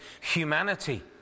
humanity